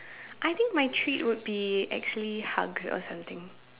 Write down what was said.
I think my treat would be actually hug or something